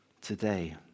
today